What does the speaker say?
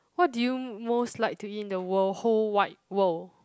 what do you most like to eat in the world whole wide world